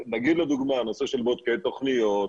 לדוגמה נושא של בודקי תוכניות,